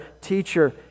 teacher